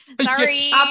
Sorry